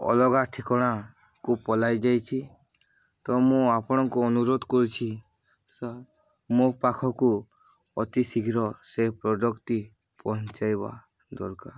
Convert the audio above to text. ଅଲଗା ଠିକଣାକୁ ପଳାଇଯାଇଛି ତ ମୁଁ ଆପଣଙ୍କୁ ଅନୁରୋଧ କରୁଛି ସାର୍ ମୋ ପାଖକୁ ଅତିଶୀଘ୍ର ସେ ପ୍ରଡ଼କ୍ଟ୍ଟି ପହଞ୍ଚାଇବା ଦରକାର